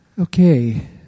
Okay